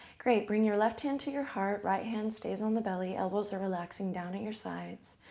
great. bring your left hand to your heart. right hand stays on the belly. elbows are relaxing down at your sides.